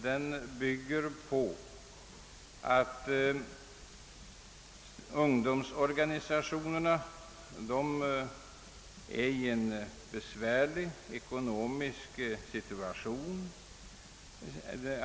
Denna reservation bygger på att ungdomsorganisationerna är i en besvärlig ekonomisk situation.